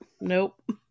Nope